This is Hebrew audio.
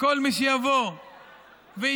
שכל מי שיבוא ויתגייס,